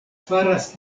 faras